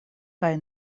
kaj